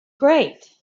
great